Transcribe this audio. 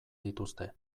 dituzte